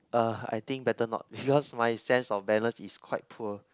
uh I think better not because my sense of balance is quite poor